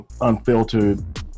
Unfiltered